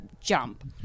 jump